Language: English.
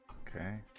Okay